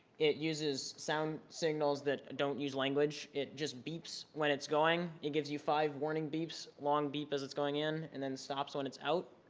it uses sound signals that don't use language. it just beeps when it's going. it gives you five warning beeps, long beep as it's going in and then stops when it's out.